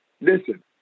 listen